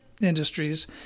industries